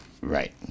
right